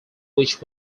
which